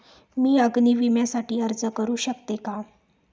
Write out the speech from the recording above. मी अग्नी विम्यासाठी अर्ज करू शकते का?